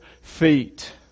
feet